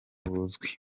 buzwi